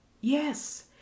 Yes